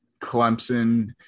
Clemson